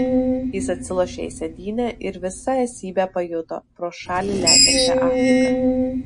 jis atsilošė į sėdynę ir visa esybe pajuto pro šalį lekiančią afriką